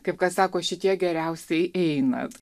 kaip kad sako šitie geriausiai eina